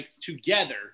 together